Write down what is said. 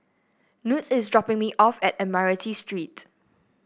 Knute is dropping me off at Admiralty Street